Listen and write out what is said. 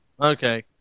Okay